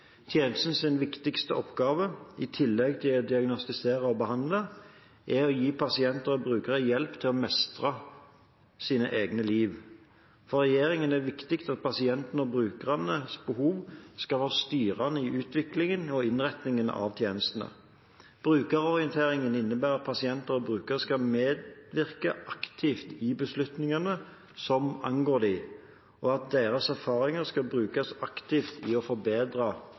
viktigste oppgave, i tillegg til å diagnostisere og behandle, er å gi pasientene og brukerne hjelp til å mestre eget liv. For regjeringen er det viktig at pasientenes og brukernes behov skal være styrende i utvikling og innretning av tjenestene. Brukerorientering innebærer at pasienter og brukere skal medvirke aktivt i beslutninger som angår dem, og at erfaringene deres skal brukes aktivt til å forbedre